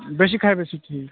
ବେଶି ଖାଇବେ ସିଏ